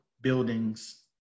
buildings